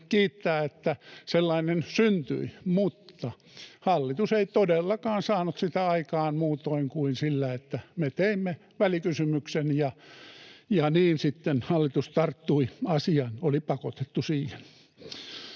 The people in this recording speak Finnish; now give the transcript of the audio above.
siitä, että sellainen syntyi — mutta hallitus ei todellakaan saanut sitä aikaan muutoin kuin sillä, että me teimme välikysymyksen. Niin sitten hallitus tarttui asiaan, oli pakotettu siihen.